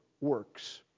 works